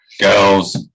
girls